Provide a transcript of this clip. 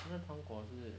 这糖果是